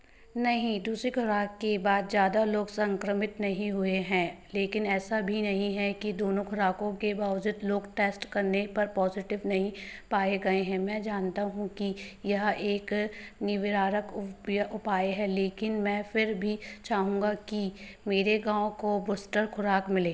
नहीं दूसरी खुराक के बाद ज़्यादा लोग संक्रमित नहीं हुए हैं लेकिन ऐसा भी नहीं है कि दोनों खुराकों के बावज़ूद लोग टेस्ट करने पर पॉज़िटिव नहीं पाए गए हैं मैं जानता हूँ कि यह एक निवारक उप उपाय है लेकिन मैं फिर भी चाहूँगा कि मेरे गाँव को बूस्टर खुराक मिले